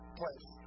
place